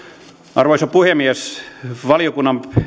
arvoisa puhemies valiokunnan